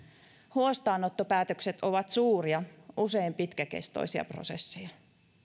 huostaanottopäätökset ovat suuria usein pitkäkestoisia prosesseja